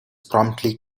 promptly